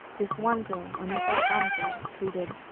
this one girl, anita ocampo, tweeted,